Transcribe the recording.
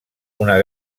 una